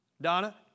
Donna